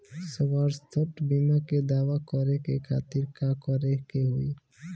स्वास्थ्य बीमा के दावा करे के खातिर का करे के होई?